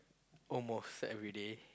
almost set everyday